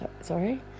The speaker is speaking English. sorry